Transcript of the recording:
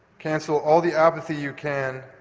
cancel all the apathy you can,